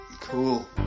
Cool